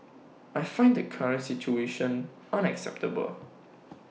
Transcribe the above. I find the current situation unacceptable